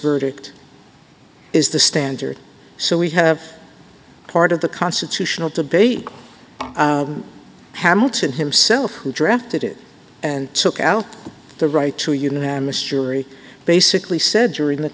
verdict is the standard so we have part of the constitutional debate hamilton himself who drafted it and took out the right to unanimous jury basically said during the